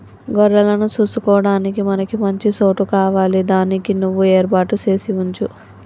గొర్రెలను సూసుకొడానికి మనకి మంచి సోటు కావాలి దానికి నువ్వు ఏర్పాటు సేసి వుంచు